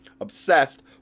obsessed